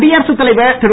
குடியரசுத் தலைவர் திரு